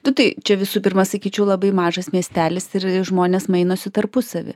tu tai čia visų pirma sakyčiau labai mažas miestelis ir žmonės mainosi tarpusavy